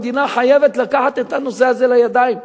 המדינה חייבת לקחת את הנושא הזה לידיים,